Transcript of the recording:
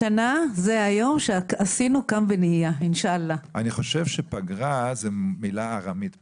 אני חושב שפגרה זאת מילה ארמית בכלל,